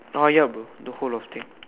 ah ya bro the whole of thing